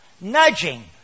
nudging